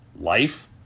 Life